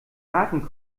harten